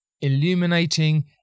illuminating